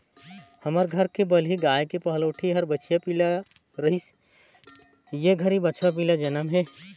हमर घर के बलही गाय के पहलोठि हर बछिया पिला रहिस ए घरी बछवा पिला जनम हे